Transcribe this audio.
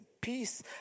peace